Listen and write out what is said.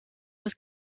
was